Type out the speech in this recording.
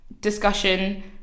discussion